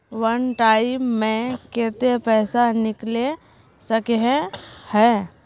वन time मैं केते पैसा निकले सके है?